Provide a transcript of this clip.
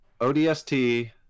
ODST